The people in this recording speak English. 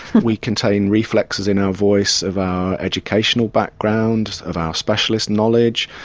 we contain reflexes in our voice of our educational backgrounds, of our specialist knowledge,